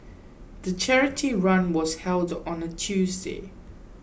the charity run was held on a Tuesday